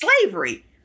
slavery